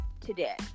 today